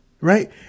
right